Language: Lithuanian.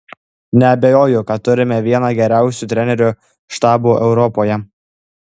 neabejoju kad turime vieną geriausių trenerių štabų europoje